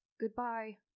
goodbye